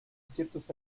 ciertos